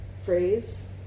phrase